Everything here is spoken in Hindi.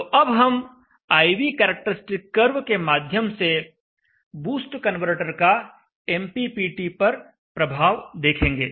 तो अब हम I V कैरेक्टरिस्टिक कर्व के माध्यम से बूस्ट कन्वर्टर का एमपीपीटी पर प्रभाव देखेंगे